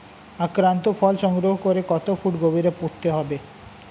আক্রান্ত ফল সংগ্রহ করে কত ফুট গভীরে পুঁততে হবে?